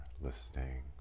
listening